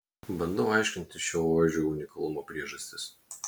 bandau aiškintis šio ožio unikalumo priežastis